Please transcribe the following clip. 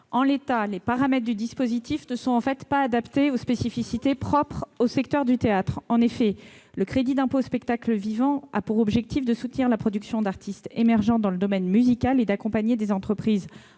En l'état, les paramètres du dispositif ne sont pas adaptés aux spécificités propres au secteur du théâtre. Le crédit d'impôt « spectacles vivants » a pour objectif de soutenir la production d'artistes émergents dans le domaine musical et d'accompagner des entreprises